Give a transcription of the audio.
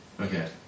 Okay